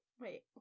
Wait